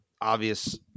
obvious